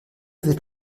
wird